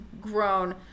grown